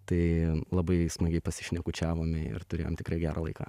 tai labai smagiai pasišnekučiavome ir turėjom tikrai gerą laiką